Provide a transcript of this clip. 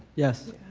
yes.